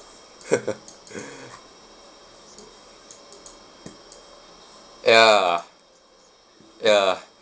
ya ya